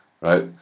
right